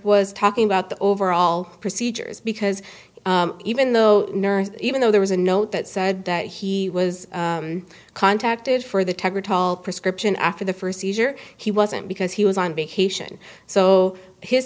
was talking about the overall procedures because even though even though there was a note that said that he was contacted for the tegretol prescription after the first seizure he wasn't because he was on vacation so his